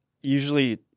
usually